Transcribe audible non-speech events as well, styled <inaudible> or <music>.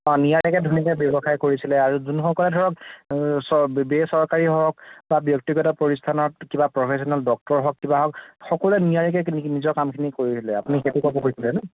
অ' নিয়াৰিকৈ ধুনীয়াকৈ ব্যৱসায় কৰিছিলে আৰু যোনসকলে ধৰক চৰ বেচৰকাৰী হওক বা ব্যক্তিগত প্ৰতিষ্ঠানত কিবা প্ৰফেচনেল ডক্তৰ হওক কিবা হওক সকলোৱে নিয়াৰিকৈ <unintelligible> নিজৰ কামখিনি কৰিছিলে আপুনি সেইটো ক'ব খুজিছে নে